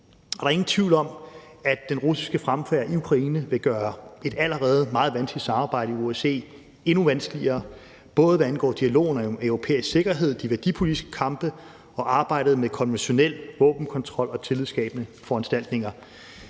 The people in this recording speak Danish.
der er ingen tvivl om, at den russiske fremfærd i Ukraine vil gøre et allerede meget vanskeligt samarbejde i OSCE endnu vanskeligere, både hvad angår dialogen om europæisk sikkerhed, de værdipolitiske kampe og arbejdet med konventionel våbenkontrol og tillidsskabende foranstaltninger.